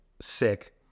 sick